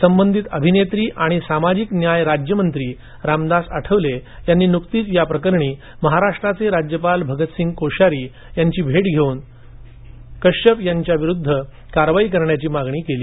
संबंधित अभिनेत्री आणि सामाजिक न्याय राज्यमंत्री रामदास आठवले यांनी नुकतीच या प्रकरणी महाराष्ट्राचे राज्यपाल भगतसिंग कोशयारी यांची नुकतीच भेट घेऊन कश्यप यांच्याविरुद्ध कारवाई करण्याची मागणी केली